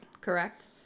Correct